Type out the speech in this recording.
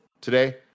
Today